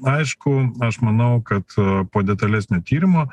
aišku aš manau kad po detalesnio tyrimo